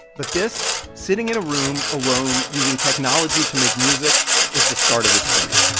but this sitting in a room, alone, using technology to make music was the start of his career